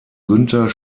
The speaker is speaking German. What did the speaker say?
günter